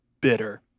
bitter